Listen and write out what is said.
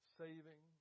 saving